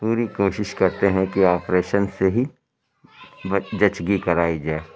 پوری کوشش کرتے ہیں کہ آپریشن سے ہی زچگی کرائی جائے